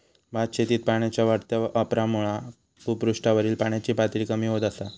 भातशेतीत पाण्याच्या वाढत्या वापरामुळा भुपृष्ठावरील पाण्याची पातळी कमी होत असा